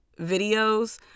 videos